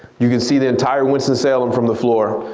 you can see the entire winston-salem from the floor.